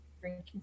Drinking